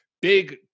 big